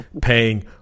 paying